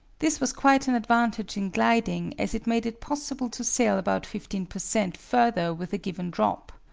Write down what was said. this was quite an advantage in gliding, as it made it possible to sail about fifteen per cent. further with a given drop.